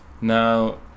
now